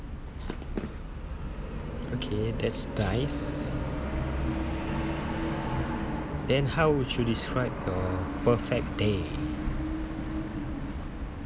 okay that's nice then how would you describe your perfect day